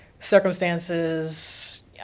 Circumstances